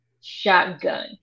shotgun